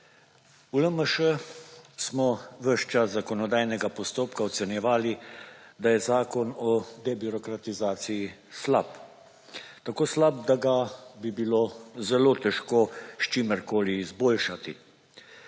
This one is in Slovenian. v LMŠ smo ves čas zakonodajnega postopka ocenjevali, da je Zakon o debirokratizaciji slab tako slab, da bi ga bilo zelo težko s čimerkoli izboljšati.